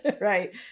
right